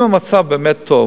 אם המצב באמת טוב,